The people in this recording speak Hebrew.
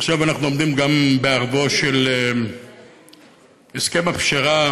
עכשיו אנחנו גם עומדים בערבו של הסכם הפשרה